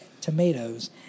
tomatoes